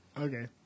Okay